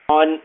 on